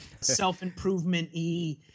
self-improvement-y